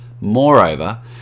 Moreover